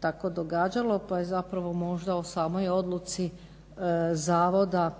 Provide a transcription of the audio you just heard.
tako događalo pa je zapravo možda o samoj odluci zavoda